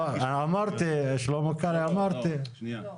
שלמה קרעי, אמרתי.